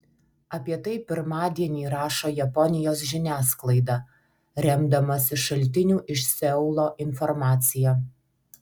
apie tai pirmadienį rašo japonijos žiniasklaida remdamasi šaltinių iš seulo informacija